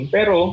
Pero